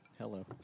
hello